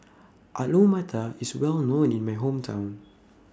Alu Matar IS Well known in My Hometown